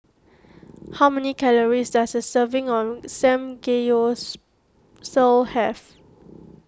how many calories does a serving of Samgeyopsal have